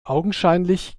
augenscheinlich